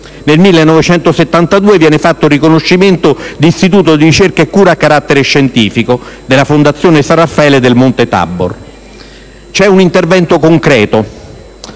Nel 1982 avveniva il riconoscimento quale istituto di ricerca e cura a carattere scientifico della Fondazione San Raffaele del Monte Tabor. C'è un intervento concreto.